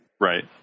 Right